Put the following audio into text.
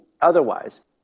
otherwise